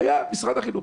היה משרד החינוך.